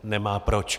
Nemá proč.